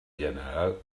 general